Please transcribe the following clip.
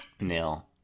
nail